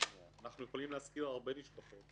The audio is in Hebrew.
אנחנו יכולים להזכיר הרבה נשכחות,